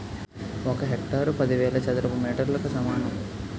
ఒక హెక్టారు పదివేల చదరపు మీటర్లకు సమానం